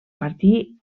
partir